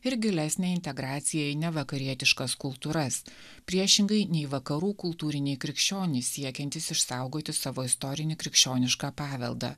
ir gilesnę integraciją į nevakarietiškas kultūras priešingai nei vakarų kultūriniai krikščionys siekiantys išsaugoti savo istorinį krikščionišką paveldą